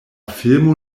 filmo